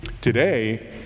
today